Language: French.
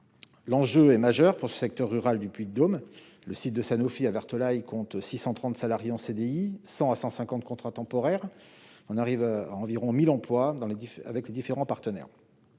L'enjeu est majeur pour ce secteur rural du Puy-de-Dôme : le site Sanofi de Vertolaye compte 630 salariés en CDI et 100 à 150 contrats temporaires. On arrive à environ 1 000 emplois avec les différents partenaires.